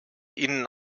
ihnen